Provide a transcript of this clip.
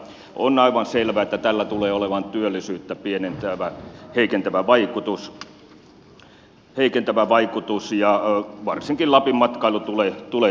on aivan selvä että tällä tulee olemaan työllisyyttä pienentävä heikentävä vaikutus ja varsinkin lapin matkailu tulee tästä kärsimään